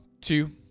two